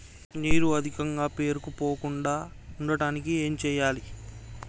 నీరు అధికంగా పేరుకుపోకుండా ఉండటానికి ఏం చేయాలి?